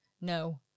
no